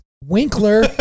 Winkler